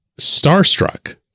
starstruck